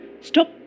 Stop